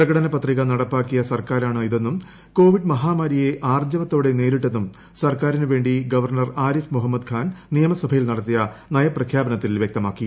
പ്രകടനപത്രിക നടക്കുക്കീയ സർക്കാരാണിതെന്നും കോവിഡ് മഹാമാരിയെ ആർജവത്തോടെ നേരിട്ടെന്നും സർക്കാറിന് വേണ്ടി ഗവർണർ ആരിഫ് മുഹമ്മുദ് ഖാൻ നിയമസഭയിൽ നടത്തിയ നയപ്രഖ്യാപനത്തിൽ വ്യക്തമാക്കി